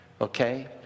okay